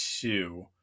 two